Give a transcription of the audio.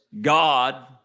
God